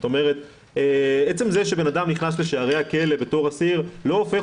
זאת אומרת עצם זה שבן אדם נכנס לשערי הכלא בתור אסיר לא הופך